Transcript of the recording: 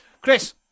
Chris